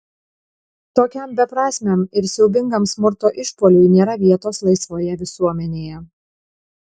tokiam beprasmiam ir siaubingam smurto išpuoliui nėra vietos laisvoje visuomenėje